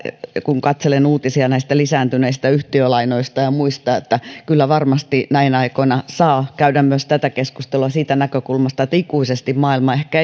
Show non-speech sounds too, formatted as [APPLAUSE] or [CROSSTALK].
kun katselen uutisia näistä lisääntyneistä yhtiölainoista ja muista että kyllä varmasti näinä aikoina saa käydä myös tätä keskustelua siitä näkökulmasta että ikuisesti maailma ehkä [UNINTELLIGIBLE]